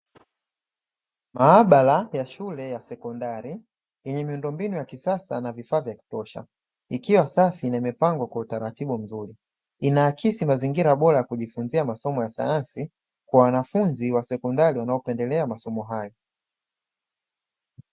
Maabara ya shule ya sekondari yenye miundombinu ya kisasa na vifaa vya kutosha. Ikiwa safi na imepangwa kwa utaratibu mzuri, inaakisi mazingira bora ya kujifunza masomo ya sayansi. Kwa wanafunzi wa sekondari wanaopendelea masomo hayo.